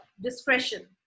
discretion